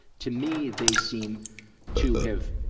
to me, they seem to have,